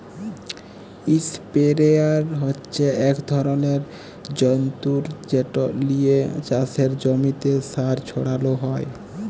ইসপেরেয়ার হচ্যে এক ধরলের যন্তর যেট লিয়ে চাসের জমিতে সার ছড়ালো হয়